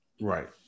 Right